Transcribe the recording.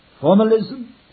Formalism